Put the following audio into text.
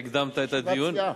שהקדמת את הדיון יש ישיבת סיעה.